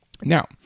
Now